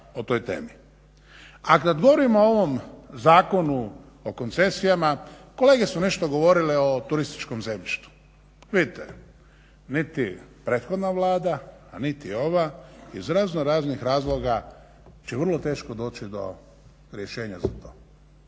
o toj temi. A kada govorimo o ovom Zakonu o koncesijama kolege su nešto govorile o turističkom zemljištu. Vidite niti prethodna vlada a niti ova iz raznoraznih razloga će vrlo teško doći do rješenja za to.